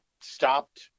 stopped